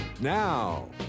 Now